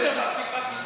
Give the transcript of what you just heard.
צריך מעסיק רק מצד אחד.